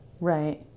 Right